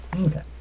Okay